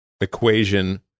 equation